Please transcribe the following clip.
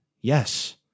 Yes